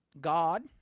God